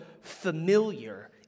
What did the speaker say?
familiar